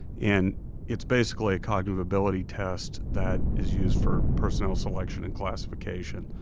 and it's basically a cognitive ability test that is used for personnel selection and classification,